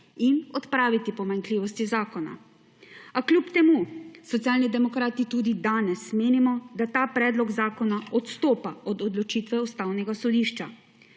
in odpraviti pomanjkljivosti zakona, a kljub temu Socialni demokrati tudi danes menimo, da ta predlog zakona odstopa od odločitve Ustavnega sodišča.